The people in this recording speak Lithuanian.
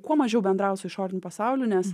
kuo mažiau bendraut su išoriniu pasauliu nes